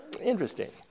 interesting